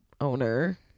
owner